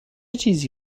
چیزی